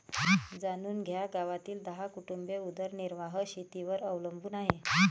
जाणून घ्या गावातील दहा कुटुंबे उदरनिर्वाह शेतीवर अवलंबून आहे